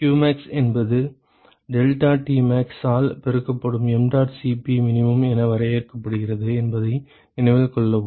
qmax என்பது deltaTmax ஆல் பெருக்கப்படும் mdot Cp min என வரையறுக்கப்படுகிறது என்பதை நினைவில் கொள்ளவும்